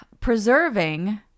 Preserving